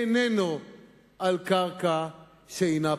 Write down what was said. אינם על קרקע שאינה פרטית.